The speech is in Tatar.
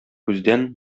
күздән